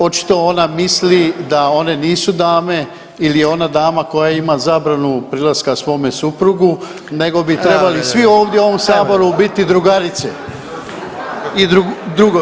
Očito ona misli da one nisu dame ili je ona dama koja ima zabranu prilaska svome suprugu, nego bi trebali svi ovdje u ovom Saboru biti drugarice i drugovi.